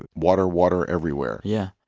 but water, water everywhere yeah.